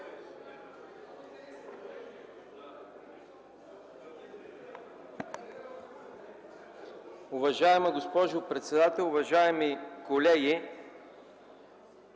Уважаема госпожо председател, уважаеми колеги!